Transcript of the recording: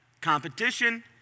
competition